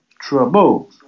trouble